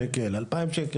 אלפיים שקל,